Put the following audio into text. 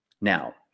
Now